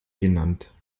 genannt